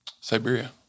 Siberia